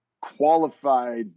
qualified